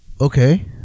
Okay